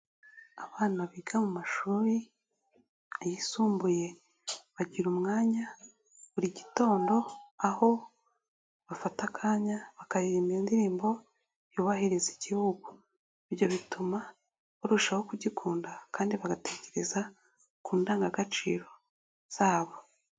Abana biga mu mashuri yisumbuye bagira umwanya buri gitondo aho bafata akanya bakaririmba indirimbo yubahiriza Igihugu. Ibyo bituma barushaho kugikunda kandi bagatekereza ku ndangagaciro zabo.